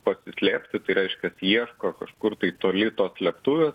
pasislėpti tai reiškias ieško kažkur tai toli tos slėptuvės